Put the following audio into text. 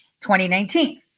2019